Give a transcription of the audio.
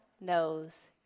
knows